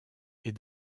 est